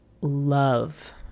love